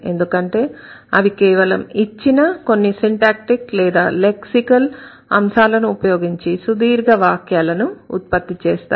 ఎందుకంటే అవి కేవలం ఇచ్చిన కొన్ని సిన్టాక్టిక్ లేదా లెక్సికల్ అంశాలను ఉపయోగించి సుదీర్ఘ వాక్యాలను ఉత్పత్తి చేస్తాయి